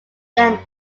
then